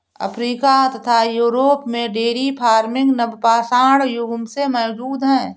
Africa तथा Europe में dairy farming नवपाषाण युग से मौजूद है